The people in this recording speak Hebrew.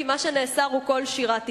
כי מה שנאסר הוא קול שירת אשה.